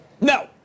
No